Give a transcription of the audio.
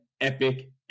epic